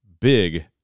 big